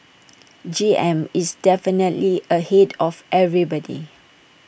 G M is definitely ahead of everybody